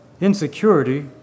insecurity